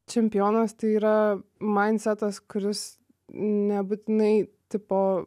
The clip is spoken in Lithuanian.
čempionas tai yra mancetas kuris nebūtinai tipo